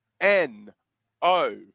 N-O